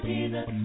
Jesus